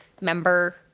member